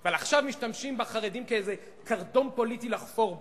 אבל עכשיו משתמשים בחרדים כאיזה קרדום פוליטי לחפור בו.